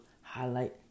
highlight